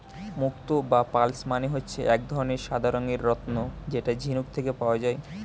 মুক্তো বা পার্লস মানে হচ্ছে এক ধরনের সাদা রঙের রত্ন যেটা ঝিনুক থেকে পাওয়া যায়